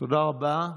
תודה רבה.